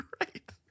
Right